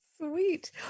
Sweet